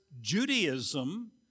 Judaism